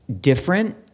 different